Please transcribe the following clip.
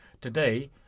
today